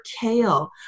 kale